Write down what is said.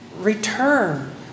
return